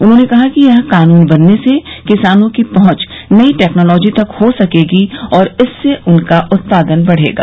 उन्होंने कहा कि यह कानून बनने से किसानों की पहंच नई टेक्नोलॉजी तक हो सकेगी और इससे उनका उत्पादन बढ़ेगा